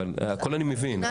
הכול אני מבין,